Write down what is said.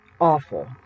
awful